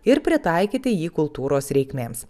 ir pritaikyti jį kultūros reikmėms